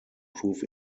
prove